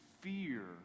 fear